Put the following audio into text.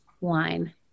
wine